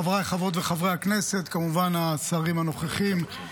חבריי חברות וחברי הכנסת, כמובן, השרים הנוכחים,